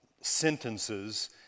sentences